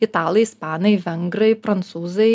italai ispanai vengrai prancūzai